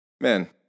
Man